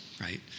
right